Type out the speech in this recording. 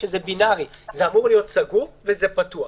שזה בינרי, זה אמור להיות סגור וזה פתוח.